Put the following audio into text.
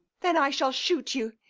then i shall shoot you,